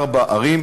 ערים,